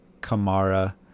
Kamara